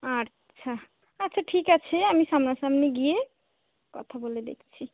আচ্ছা আচ্ছা ঠিক আছে আমি সামনাসামনি গিয়ে কথা বলে দেখছি